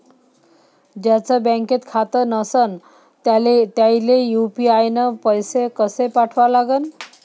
ज्याचं बँकेत खातं नसणं त्याईले यू.पी.आय न पैसे कसे पाठवा लागन?